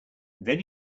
then